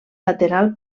lateral